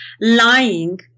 lying